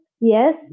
yes